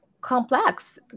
complex